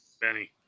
Benny